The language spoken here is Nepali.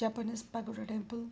Japanese temple